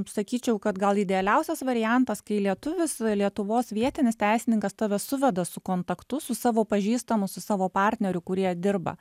sakyčiau kad gal idealiausias variantas kai lietuvis lietuvos vietinis teisininkas tave suveda su kontaktu su savo pažįstamu su savo partneriu kurie dirba